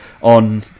on